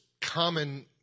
common